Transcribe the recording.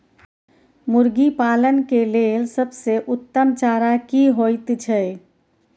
मुर्गी पालन के लेल सबसे उत्तम चारा की होयत छै?